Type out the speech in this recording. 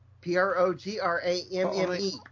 P-R-O-G-R-A-M-M-E